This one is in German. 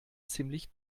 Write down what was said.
ziemlich